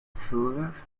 thought